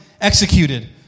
executed